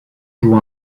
joue